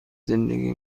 زندگی